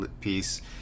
piece